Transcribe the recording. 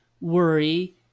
worry